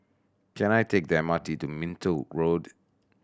can I take the M R T to Minto Road